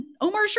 Omar